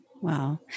Wow